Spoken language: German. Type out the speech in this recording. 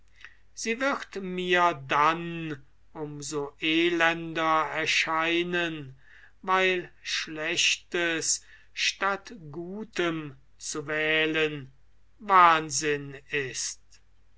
sie wird mir dann um so elender erscheinen weil schlechtes statt gutem zu wählen wahnsinn ist